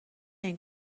این